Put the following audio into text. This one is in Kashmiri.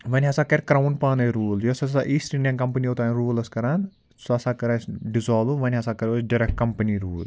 وۄنۍ ہَسا کَرِ کرٛاوُن پانَے روٗل یۄس ہسا ایٖسٹ اِنڈیَن کمپنی اوٚتام روٗل ٲس کَران سُہ ہَسا کٔر اَسہِ ڈِزالُو وۄنۍ ہسا کرو أسۍ ڈٮ۪رٮ۪کٹ کَمپٔنی روٗل